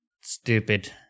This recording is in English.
stupid